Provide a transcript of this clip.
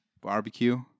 barbecue